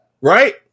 Right